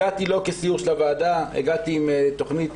הגעתי לא כסיור הוועדה אלא הגעתי עם תוכנית